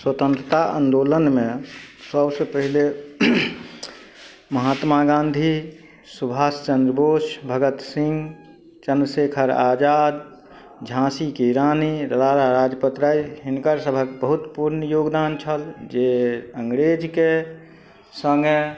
स्वतन्त्रता आन्दोलनमे सबसँ पहिले महात्मा गाँधी सुभाष चन्द्र बोष भगत सिंह चन्द्रशेखर आजाद झाँसी की रानी लाला लाजपत राय हिनकर सबहक बहुत पूर्ण योगदान छल जे अंग्रेजके सङ्गे